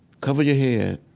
cover your head,